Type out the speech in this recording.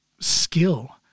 skill